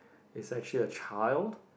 is actually a child